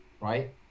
Right